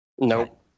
Nope